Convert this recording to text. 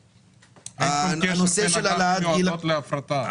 אין כל קשר בין אג"ח מיועדות להפרטה.